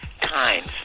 times